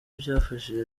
byafashije